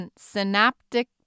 synaptic